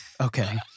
Okay